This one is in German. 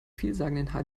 vielsagenden